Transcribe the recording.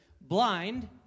blind